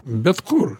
bet kur